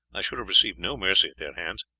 i should have received no mercy at their hands.